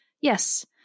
Yes